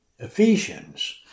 Ephesians